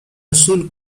azul